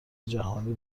جهانی